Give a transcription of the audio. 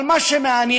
אבל מה שמעניין,